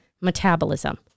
metabolism